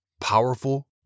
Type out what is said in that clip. powerful